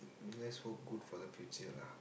that's for good for the future lah